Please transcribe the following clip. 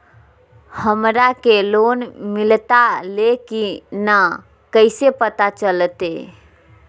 हमरा के लोन मिलता ले की न कैसे पता चलते?